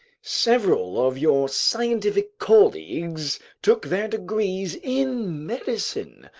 several of your scientific colleagues took their degrees in medicine,